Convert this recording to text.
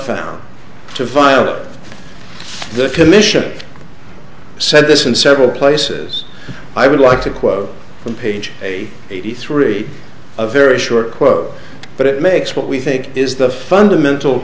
found to violate the commission i said this in several places i would like to quote from page eighty eighty three a very short quote but it makes what we think is the fundamental